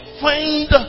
find